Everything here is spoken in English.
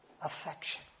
affection